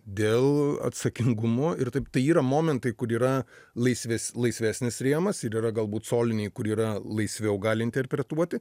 dėl atsakingumo ir taip tai yra momentai kur yra laisvis laisvesnis rėmas ir yra galbūt soliniai kur yra laisviau gali interpretuoti